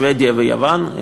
שבדיה ויוון.